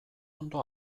ondo